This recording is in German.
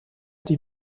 die